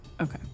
Okay